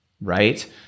right